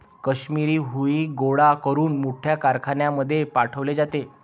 काश्मिरी हुई गोळा करून मोठ्या कारखान्यांमध्ये पाठवले जाते